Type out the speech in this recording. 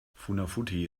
funafuti